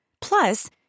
Plus